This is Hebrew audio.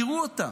תראו אותה.